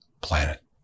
planet